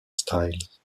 styles